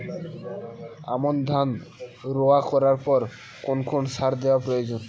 আমন ধান রোয়া করার পর কোন কোন সার দেওয়া প্রয়োজন?